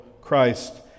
Christ